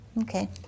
Okay